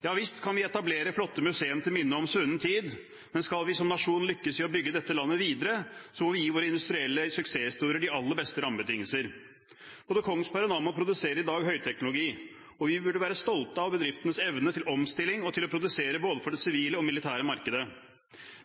Ja visst kan vi etablere flotte museer til minne om svunnen tid, men skal vi som nasjon lykkes i å bygge dette landet videre, må vi gi våre industrielle suksesshistorier de aller beste rammebetingelser. Både Kongsberg og Nammo produserer i dag høyteknologi, og vi burde være stolte av bedriftenes evne til omstilling og til å produsere både for det sivile og militære markedet.